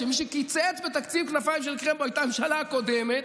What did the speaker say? שמי שקיצצה בתקציב כנפיים של קרמבו הייתה הממשלה הקודמת.